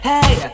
Hey